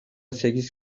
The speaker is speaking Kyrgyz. сегиз